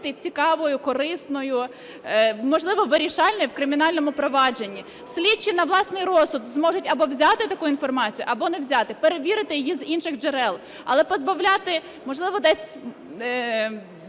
цікавою, коричною, можливо, вирішальною в кримінальному провадженні. Слідчі на власний розсуд зможуть або взяти таку інформацію, або не взяти, перевірити її з інших джерел. Але позбавляти, можливо, десь